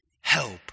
help